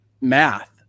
math